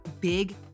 big